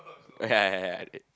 ya